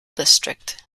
district